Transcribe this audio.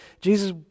Jesus